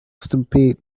stampede